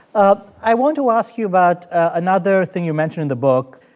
um i want to ask you about another thing you mention in the book.